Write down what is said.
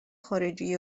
خارجی